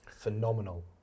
phenomenal